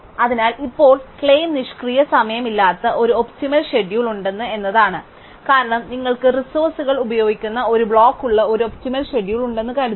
അതിനാൽ ഇപ്പോൾ ക്ലെയിം നിഷ്ക്രിയ സമയമില്ലാത്ത ഒരു ഒപ്റ്റിമൽ ഷെഡ്യൂൾ ഉണ്ട് എന്നതാണ് കാരണം നിങ്ങൾക്ക് റിസോഴ്സുകൾ ഉപയോഗിക്കുന്ന ഒരു ബ്ലോക്ക് ഉള്ള ഒരു ഒപ്റ്റിമൽ ഷെഡ്യൂൾ ഉണ്ടെന്ന് കരുതുക